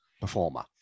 performer